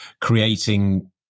creating